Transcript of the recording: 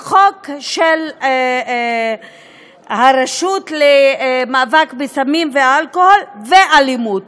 החוק של הרשות למאבק בסמים ובאלכוהול ואלימות.